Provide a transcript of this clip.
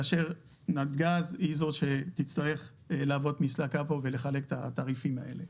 כאשר נתג"ז היא זאת שתצטרך להוות מסלקה פה ולחלק את התעריפים האלה.